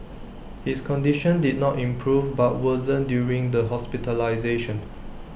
his condition did not improve but worsened during the hospitalisation